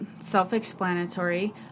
self-explanatory